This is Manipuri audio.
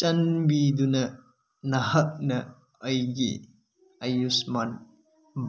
ꯆꯥꯟꯕꯤꯗꯨꯅ ꯅꯍꯥꯛꯅ ꯑꯩꯒꯤ ꯑꯌꯨꯁꯃꯥꯟ